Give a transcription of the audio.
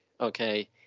okay